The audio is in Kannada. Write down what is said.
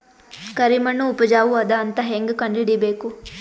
ಕರಿಮಣ್ಣು ಉಪಜಾವು ಅದ ಅಂತ ಹೇಂಗ ಕಂಡುಹಿಡಿಬೇಕು?